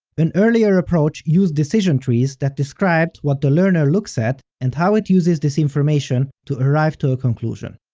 an earlier approach used decision trees that described what the learner looks at and how it uses this information to arrive to a conclusion.